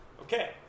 okay